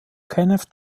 kenneth